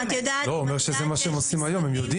הוא אומר שזה מה שהם עושים היום, הם יודעים.